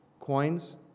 coins